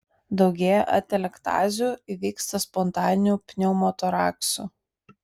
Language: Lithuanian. daugėja atelektazių įvyksta spontaninių pneumotoraksų